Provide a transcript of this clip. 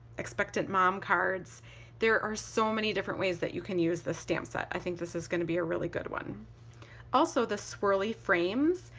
expectant mom cards there are so many different ways that you can use the stamp set. i think this is going to be a really good one also, the swirly frames.